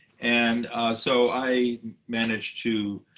and so i managed to.